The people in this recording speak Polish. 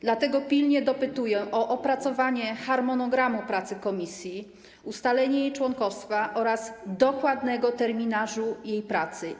Dlatego pilnie dopytuję o opracowanie harmonogramu pracy komisji, ustalenie jej członkostwa oraz dokładnego terminarza jej pracy.